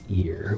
ear